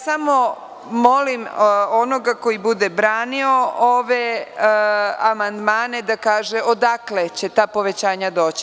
Samo molim onoga ko bude branio ove amandmane da kaže odakle će ta povećanja doći?